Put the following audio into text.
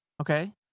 okay